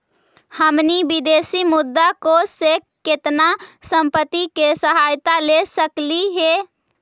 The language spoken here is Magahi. हमनी विदेशी मुद्रा कोश से केतना संपत्ति के सहायता ले सकलिअई हे?